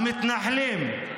המתנחלים,